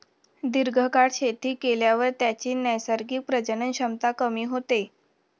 दीर्घकाळ शेती केल्यावर त्याची नैसर्गिक प्रजनन क्षमता कमी होते